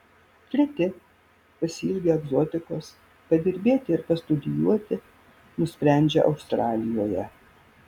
treti pasiilgę egzotikos padirbėti ir pastudijuoti nusprendžia australijoje